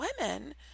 women